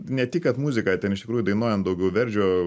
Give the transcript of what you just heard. ne tik kad muzika ten iš tikrųjų dainuojant daugiau verdžio